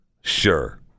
sure